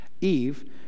Eve